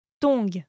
Tongue